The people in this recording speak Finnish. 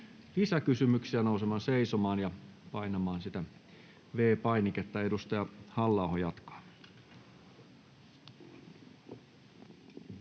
lisäkysymyksiä, nousemaan seisomaan ja painamaan sitä V-painiketta. — Edustaja Halla-aho jatkaa.